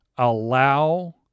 allow